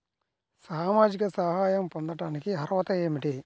సామాజిక సహాయం పొందటానికి అర్హత ఏమిటి?